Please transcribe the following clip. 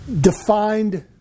defined